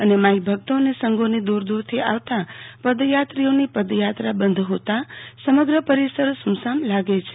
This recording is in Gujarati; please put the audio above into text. અને માઈ ભક્તો અને સંઘોની દુર દુરથી આવતા પદયાત્રીઓની પદયાત્રા બંધ હોતા સમગ્ર પરિસર સુમસામ લાગે છે